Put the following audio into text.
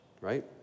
right